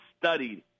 studied